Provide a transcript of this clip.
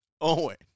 Owen